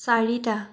চাৰিটা